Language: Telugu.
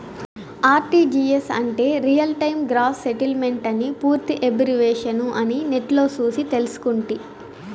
ఆర్టీజీయస్ అంటే రియల్ టైమ్ గ్రాస్ సెటిల్మెంటని పూర్తి ఎబ్రివేషను అని నెట్లో సూసి తెల్సుకుంటి